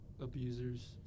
abusers